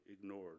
ignored